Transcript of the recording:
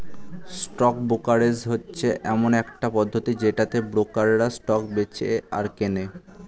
stock brokerage হচ্ছে এমন একটা পদ্ধতি যেটাতে ব্রোকাররা স্টক বেঁচে আর কেনে